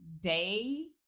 day